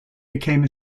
became